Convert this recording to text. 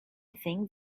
think